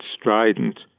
strident